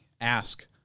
ask